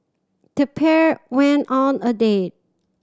the pair went on a date